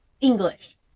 English